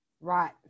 Right